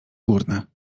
górne